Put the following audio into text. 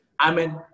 Amen